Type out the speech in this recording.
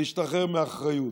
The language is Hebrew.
להשתחרר מאחריות.